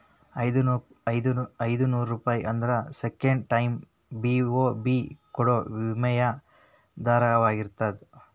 ಐನೂರೂಪಾಯಿ ಆದ್ರ second time BOB ಕೊಡೋ ವಿನಿಮಯ ದರದಾಗಿರ್ತದ